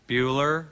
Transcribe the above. Bueller